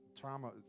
trauma